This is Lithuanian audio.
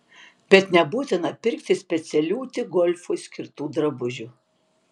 bet nebūtina pirkti specialių tik golfui skirtų drabužių